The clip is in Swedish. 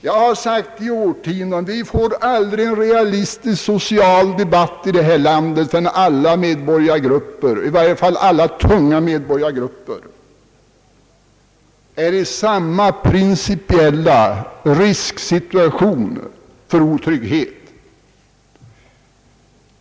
Jag har i årtionden sagt att vi aldrig får en realistisk social debatt här i landet förrän alla medborgargrupper — i varje fall alla tunga medborgargrupper — löper samma principiella risk för otrygghet.